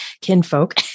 kinfolk